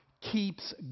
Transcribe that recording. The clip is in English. keeps